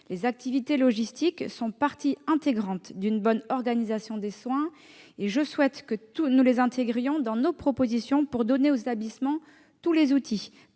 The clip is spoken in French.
Les activités logistiques sont partie intégrante d'une bonne organisation des soins : je souhaite que nous les intégrions dans nos propositions pour donner aux établissements tous les outils